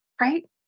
right